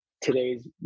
today's